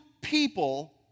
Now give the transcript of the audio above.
people